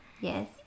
Yes